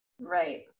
right